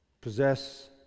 possess